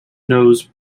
nose